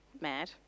mad